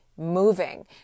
moving